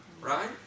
right